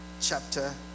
chapter